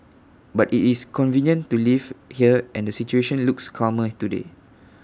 but IT is convenient to live here and the situation looks calmer today